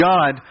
God